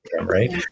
right